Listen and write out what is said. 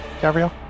Gabriel